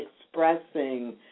expressing